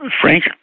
Frank